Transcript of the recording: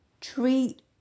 treat